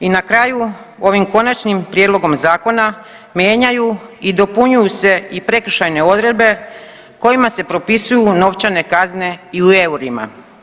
I na kraju ovim konačnim prijedlogom zakona mijenjaju i dopunjuju se i prekršajne obveze kojima se propisuju novčane kazne i u eurima.